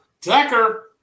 Tucker